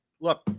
Look